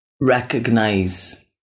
recognize